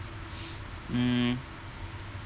mm